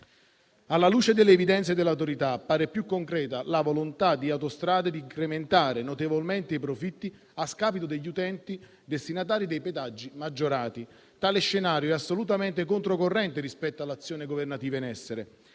Alla luce delle evidenze dell'Autorità, appare più concreta la volontà di Autostrade per l'Italia SpA di incrementare notevolmente i propri profitti, a scapito degli utenti destinatari dei pedaggi maggiorati. Tale scenario è assolutamente contro corrente rispetto all'azione governativa in essere.